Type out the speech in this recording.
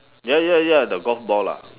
ya ya ya the golf ball lah mm